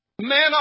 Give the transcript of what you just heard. Man